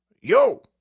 yo